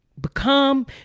become